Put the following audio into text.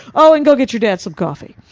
oh an go get your dad some coffee.